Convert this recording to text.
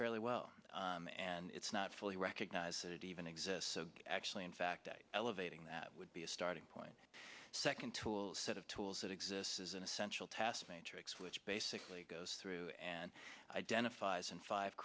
fairly well and it's not fully recognized that it even exists actually in fact elevating that would be a starting point a second tool set of tools that exists is an essential task matrix which basically goes through and identifies and five